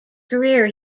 career